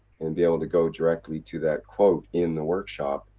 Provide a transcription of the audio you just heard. and be able to go directly to that quote in the workshop.